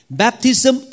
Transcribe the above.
baptism